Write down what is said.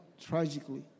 tragically